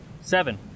seven